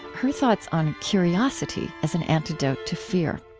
her thoughts on curiosity as an antidote to fear.